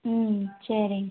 ம் சரிங்க